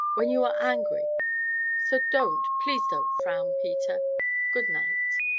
when you are angry so don't, please don't frown, peter good night!